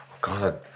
God